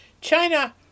China